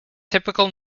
typical